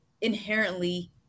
inherently